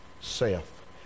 Self